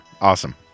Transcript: Awesome